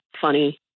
funny